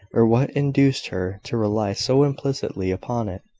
or what induced her to rely so implicitly upon it.